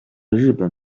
日本